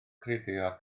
credoau